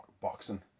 boxing